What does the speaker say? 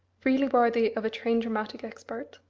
really worthy of a trained dramatic expert.